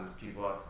people